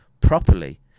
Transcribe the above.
properly